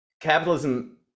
capitalism